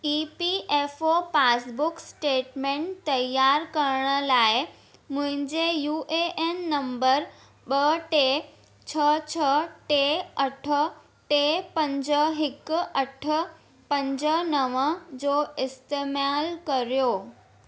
ई P F O passbook statement तयारु करण लाइ मुंहिंजे यू ए एन नंबर ॿ टे छह छह टे अठ टे पंज हिकु अठ पंज नव जो इस्तेमालु कर्यो